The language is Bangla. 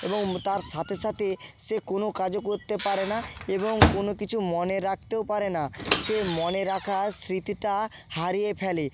এবং তার সাথে সাথে সে কোনো কাজও করতে পারে না এবং কোনো কিছু মনে রাখতেও পারে না সে মনে রাখার স্মৃতিটা হারিয়ে ফেলে